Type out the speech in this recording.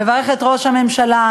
לברך את ראש הממשלה,